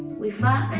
we fought